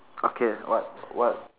okay what what